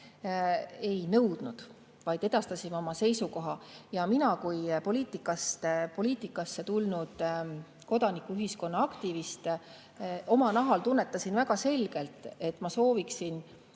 ei nõudnud, vaid edastasime oma seisukoha. Mina kui poliitikasse tulnud kodanikuühiskonna aktivist tunnetasin oma nahal väga selgelt, et ma sooviksin